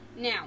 Now